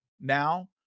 now